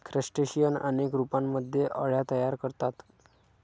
crustacean अनेक रूपांमध्ये अळ्या तयार करतात